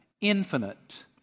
infinite